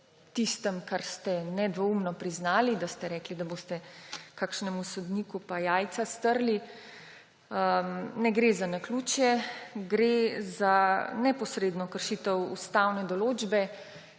tistem, kar ste nedvoumno priznali – da ste rekli, da boste kakšnemu sodniku jajca strli. Ne gre za naključje, gre za neposredno kršitev ustavne določbe,